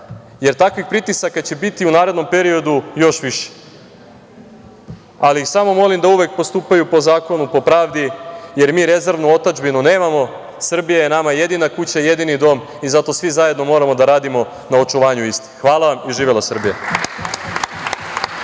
jer takvih pritisaka će bitu u narednom periodu još više. Samo ih molim da uvek postupaju po zakonu, po pravdi, jer mi rezervnu otadžbinu nemamo, Srbija je nama jedina kuća, jedini dom i zato svi zajedno moramo da radimo na očuvanju istih. Hvala vam i živela Srbija!